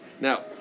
Now